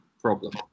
problem